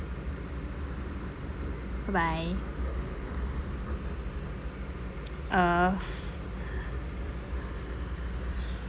bye bye uh